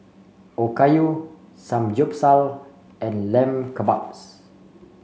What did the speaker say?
Okayu Samgyeopsal and Lamb Kebabs